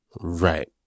Right